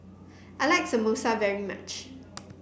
I like Samosa very much